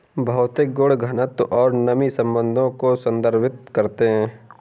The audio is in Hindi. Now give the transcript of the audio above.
भौतिक गुण घनत्व और नमी संबंधों को संदर्भित करते हैं